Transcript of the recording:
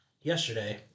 yesterday